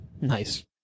Nice